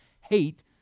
hate